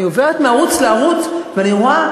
ואני עוברת מערוץ לערוץ ורואה,